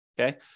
okay